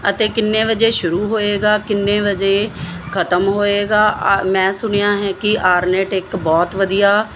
ਅਤੇ ਕਿੰਨੇ ਵਜੇ ਸ਼ੁਰੂ ਹੋਏਗਾ ਕਿੰਨੇ ਵਜੇ ਖਤਮ ਹੋਏਗਾ ਮੈਂ ਸੁਣਿਆ ਹੈ ਕਿ ਆਰਨੇਟ ਇੱਕ ਬਹੁਤ ਵਧੀਆ